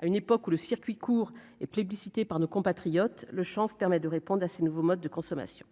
à une époque où le circuit court est plébiscité par nos compatriotes le chance permet de répondre à ces nouveaux modes de consommation,